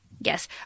Yes